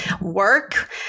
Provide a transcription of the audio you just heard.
work